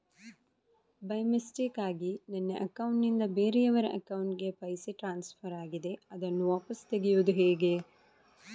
By ಮಿಸ್ಟೇಕಾಗಿ ನನ್ನ account ನಿಂದ ಬೇರೆಯವರ ಅಕೌಂಟ್ ಗೆ ಪೈಸೆ ಟ್ರಾನ್ಸ್ಫರ್ ಆಗಿದೆ ಅದನ್ನು ವಾಪಸ್ ತೆಗೆಯೂದು ಹೇಗೆ?